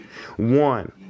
One